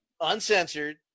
uncensored